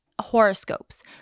horoscopes